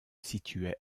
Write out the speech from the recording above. situait